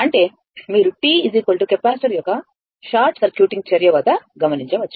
అంటే మీరు t capacitor యొక్క షార్ట్ సర్క్యూటింగ్ చర్య వద్ద గమనించవచ్చు